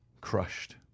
crushed